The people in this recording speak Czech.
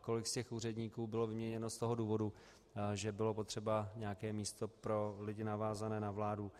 Kolik z těch úředníků bylo vyměněno z toho důvodu, že bylo potřeba nějaké místo pro lidi, navázané na vládu.